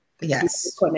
yes